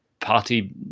party